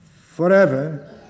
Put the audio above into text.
forever